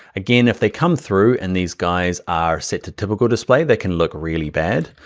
again, if they come through and these guys are set to typical display, they can look really bad.